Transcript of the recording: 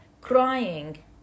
crying